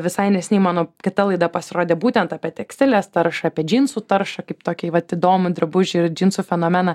visai neseniai mano kita laida pasirodė būtent apie tekstilės taršą apie džinsų taršą kaip tokį vat įdomų drabužį ir džinsų fenomeną